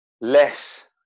less